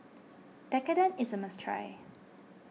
Tekkadon is a must try